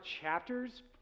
chapters